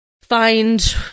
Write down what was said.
find